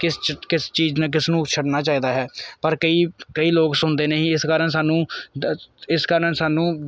ਕਿਸ ਕਿਸ ਚੀਜ਼ ਨੇ ਕਿਸ ਨੂੰ ਛੱਡਣਾ ਚਾਹੀਦਾ ਹੈ ਪਰ ਕਈ ਕਈ ਲੋਕ ਸੁਣਦੇ ਨਹੀਂ ਇਸ ਕਾਰਨ ਸਾਨੂੰ ਇਸ ਕਾਰਨ ਸਾਨੂੰ